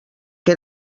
que